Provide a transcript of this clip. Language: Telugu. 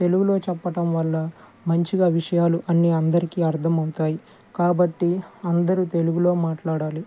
తెలుగులో చెప్పటం వల్ల మంచిగా విషయాలు అన్నీ అందరికీ అర్థం అవుతాయి కాబట్టి అందరూ తెలుగులో మాట్లాడాలి